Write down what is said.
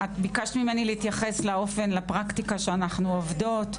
את ביקשת ממני להתייחס לפרקטיקה שאנחנו עובדות.